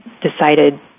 decided